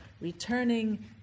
Returning